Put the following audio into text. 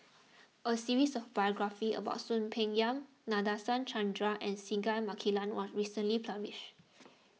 a series of biographies about Soon Peng Yam Nadasen Chandra and Singai Mukilan was recently published